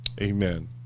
amen